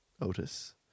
Otis